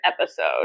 episode